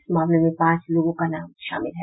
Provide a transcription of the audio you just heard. इस मामले में पांच लोगों का नाम शामिल है